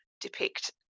depict